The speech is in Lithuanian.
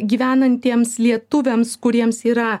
gyvenantiems lietuviams kuriems yra